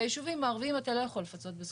בישובים הערביים אתה לא יכול לפצות בזכויות.